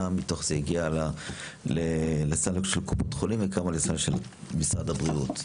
מה מתוך זה הגיע לסל של קופות חולים וכמה לסל של משרד הבריאות?